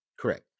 Correct